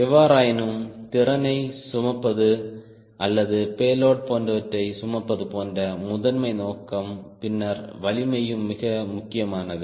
எவ்வாறாயினும் திறனைச் சுமப்பது அல்லது பேலோட் போன்றவற்றைச் சுமப்பது போன்ற முதன்மை நோக்கம் பின்னர் வலிமையும் மிக முக்கியமானது